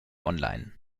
online